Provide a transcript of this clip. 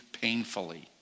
painfully